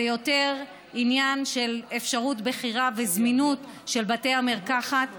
זה יותר עניין של אפשרות בחירה וזמינות של בתי המרקחת,